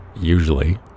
usually